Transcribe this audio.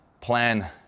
plan